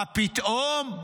מה פתאום.